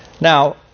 now